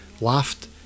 laughed